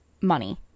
money